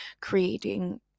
creating